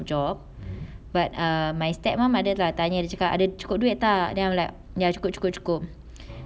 job but err my step mum ada lah tanya dia cakap ada cukup duit tak then I'm like ya cukup cukup cukup